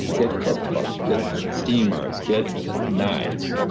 get cookbook, get steamers, get knives.